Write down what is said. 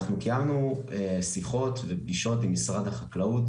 אנחנו קיימנו שיחות ופגישות עם משרד החקלאות,